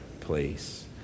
place